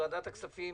ועדת הכספים